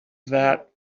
that